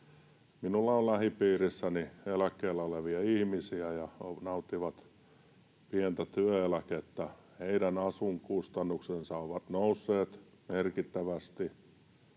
Minulla on lähipiirissäni eläkkeellä olevia ihmisiä, jotka nauttivat pientä työeläkettä. Heidän asuinkustannuksensa ovat nousseet merkittävästi: